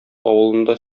авылында